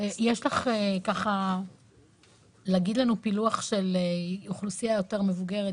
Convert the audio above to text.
להגיד לנו פילוח של אוכלוסייה יותר מבוגרת,